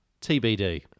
TBD